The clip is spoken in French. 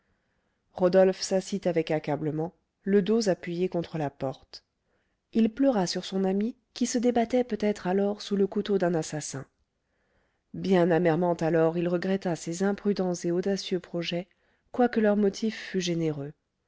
rodolphe s'assit avec accablement le dos appuyé contre la porte il pleura sur son ami qui se débattait peut-être alors sous le couteau d'un assassin bien amèrement alors il regretta ses imprudents et audacieux projets quoique leur motif fût généreux